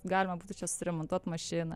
galima būtų čia suremontuot mašiną